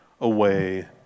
away